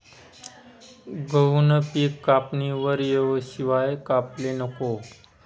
गहूनं पिक कापणीवर येवाशिवाय कापाले नको